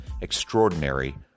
extraordinary